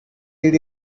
did